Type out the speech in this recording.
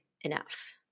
enough